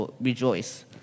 rejoice